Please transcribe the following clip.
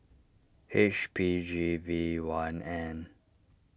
H P G V one N